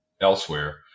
elsewhere